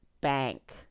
bank